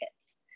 kids